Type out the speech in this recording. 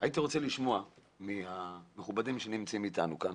הייתי רוצה לשמוע מהמכובדים שנמצאים איתנו כאן